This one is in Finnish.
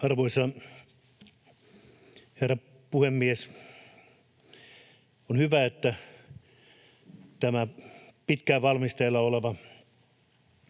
Arvoisa herra puhemies! On hyvä, että tämä pitkään valmisteilla ollut